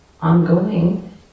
ongoing